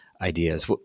ideas